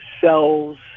Cells